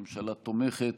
הממשלה תומכת